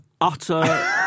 utter